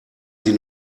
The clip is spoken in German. sie